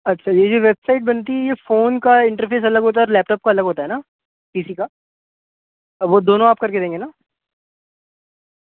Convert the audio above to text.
اچھا یہ جو ویب سائٹ بنتی ہے یہ فون کا انٹرفیس الگ ہوتا ہے اور لیپٹاپ کا الگ ہوتا ہے نا پی سی کا اور وہ دونوں آپ کر کے دیں گے نا